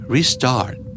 Restart